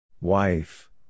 Wife